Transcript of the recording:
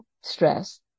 stress